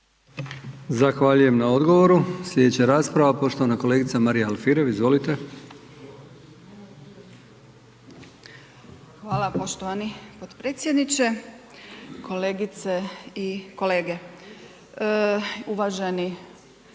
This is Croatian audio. Zahvaljujem na odgovoru. Slijedeća rasprava poštovana kolegica Marija Alfirev. Izvolite. **Alfirev, Marija (SDP)** Hvala poštovani potpredsjedniče. Kolegice i kolege, uvaženi